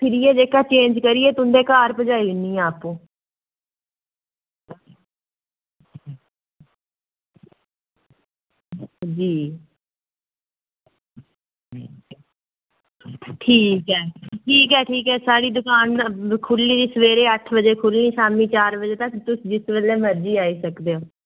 फिरियै जेह्का चेंज करियै तुं'दे घर भजाई दिन्नी आं आपूं जी ठीक ऐ ठीक ऐ ठीक ऐ साढ़ी दकान खु'ल्ली दी सवेरे अट्ठ बज्जे खु'ल्लनी शामीं चार बजे तक तुस जिस बेल्लै मरजी आई सकदे ओ